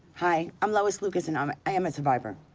hi, i'm lois lucas and um i am a survivor.